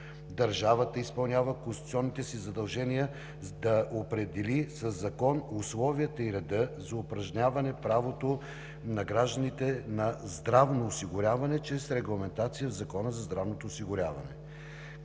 Държавата изпълнява конституционните си задължения да определи със закон условията и реда за упражняване правото на гражданите на здравно осигуряване чрез регламентация в Закона за здравното осигуряване.